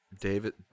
David